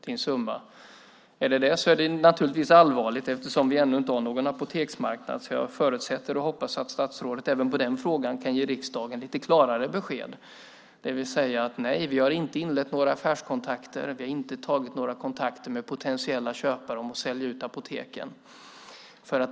Om det är det är det naturligtvis allvarligt eftersom vi ännu inte har någon apoteksmarknad. Jag förutsätter och hoppas att statsrådet även på den frågan kan ge riksdagen lite klarare besked, det vill säga: Nej, vi har inte inlett några affärskontakter, och vi har inte tagit några kontakter med potentiella köpare om att sälja ut apoteken.